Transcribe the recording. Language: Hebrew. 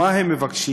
מה הם מבקשים?